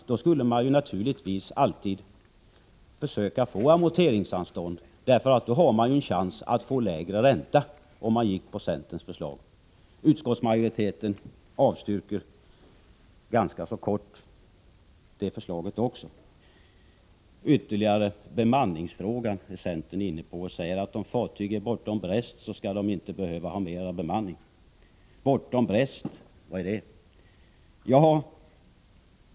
Annars skulle man naturligtvis alltid försöka få amorteringsanstånd, eftersom man då har en chans att få lägre ränta. Utskottsmajoriteten avstyrker ganska kortfattat även det förslaget. Enligt centern skall fartyg som är bortom Brest inte behöva mer bemanning. Bortom Brest, vad är det?